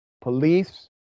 Police